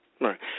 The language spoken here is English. Right